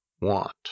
want